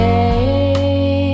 Hey